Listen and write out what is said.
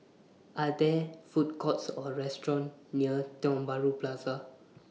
Are There Food Courts Or restaurants near Tiong Bahru Plaza